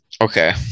Okay